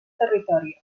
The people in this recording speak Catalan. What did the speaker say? territori